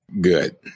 Good